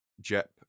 Jep